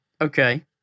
Okay